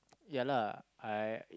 ya lah I